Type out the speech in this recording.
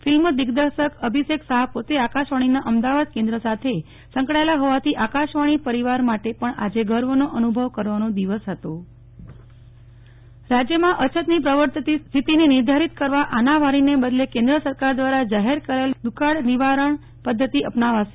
film દિગ્દર્શક અભિષેક શાહ પોતે આકાશવાણી ના અમદાવાદ કેન્દ્ર સાથે સંકળાયેલા હોવાથી આકાશવાણી પરિવાર માટે પણ આજે ગર્વ નો અનુભવ કરવાનો દિવસ હતો હેલા રિક્કર આનાવારી પક્રિયા રાજ્યમાં અછતની પ્રવર્તતી સ્થિતિને નિર્ધારિત કરવા આનાવારીને બદલે કેન્દ્ર સરકાર દ્વારા જાહેર કરાચેલ દુકાળ નિવારાણ પદ્ધતિ અપનાવશે